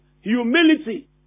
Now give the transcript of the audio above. Humility